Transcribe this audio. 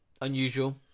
Unusual